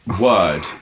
word